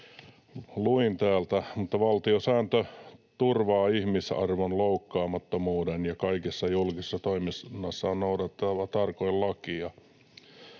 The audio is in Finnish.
luin täältä, että valtiosääntö turvaa ihmisarvon loukkaamattomuuden, kaikessa julkisessa toiminnassa on noudatettava tarkoin lakia,